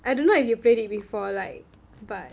I don't know if you played it before like but